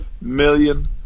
million